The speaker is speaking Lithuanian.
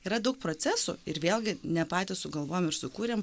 yra daug procesų ir vėlgi ne patys sugalvojom ir sukūrėm